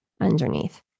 underneath